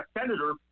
senator